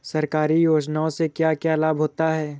सरकारी योजनाओं से क्या क्या लाभ होता है?